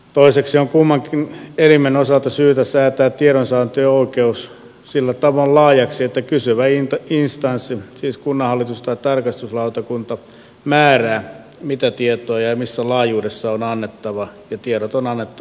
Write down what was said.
toiseksi on kummankin elimen osalta syytä säätää tiedonsaantioikeus sillä tavoin laajaksi että kysyvä instanssi siis kunnanhallitus tai tarkastuslautakunta määrää mitä tietoja ja missä laajuudessa on annettava ja tiedot on annettava viipymättä